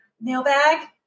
mailbag